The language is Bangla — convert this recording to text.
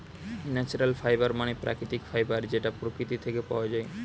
ন্যাচারাল ফাইবার মানে প্রাকৃতিক ফাইবার যেটা প্রকৃতি থেকে পাওয়া যায়